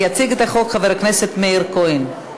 יציג את הצעת החוק חבר הכנסת מאיר כהן.